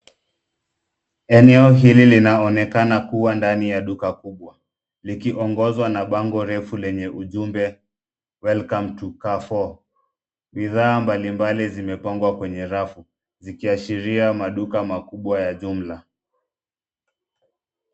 Eneo hili linaonekana kua ndani ya duka kubwa, likiongozwa na bango refu lenye ujumbe, Welcome to Carrefour. Bidhaa mbali mbali zimepangwa kwenye rafu, zikiashiria maduka makubwa ya jumla.